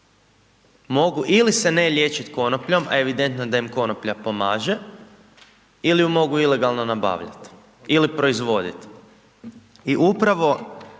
Mogu ili se ne liječiti konopljom, a evidentno je da im konoplja pomaže ili ju mogu ilegalno nabaviti ili proizvoditi. I upravo